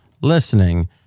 listening